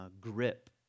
grip